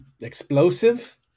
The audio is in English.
Explosive